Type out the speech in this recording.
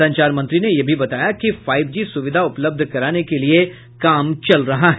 संचार मंत्री ने यह भी बताया कि फाईव जी सुविधा उपलब्ध कराने के लिये काम चल रहा है